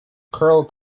curl